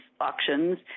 auctions